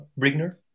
Brigner